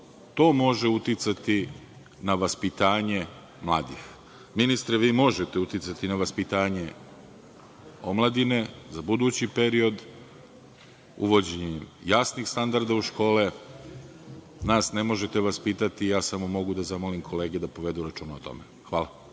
to može uticati na vaspitanje mladih? Ministre, vi možete uticati na vaspitanje omladine za budući period uvođenjem jasnih standarda u škole. Nas ne možete vaspitati. Ja samo mogu da zamolim kolege da povedu računa o tome. Hvala.